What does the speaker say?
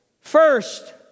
First